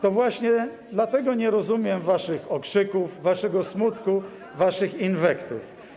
To właśnie dlatego nie rozumiem waszych okrzyków, waszego smutku, waszych inwektyw.